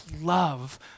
love